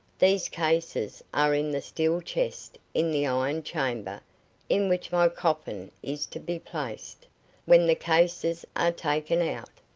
these cases are in the steel chest in the iron chamber in which my coffin is to be placed when the cases are taken out,